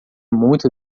muito